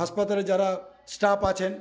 হাসপাতালে যারা স্টাফ আছেন